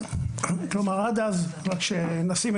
ידעו.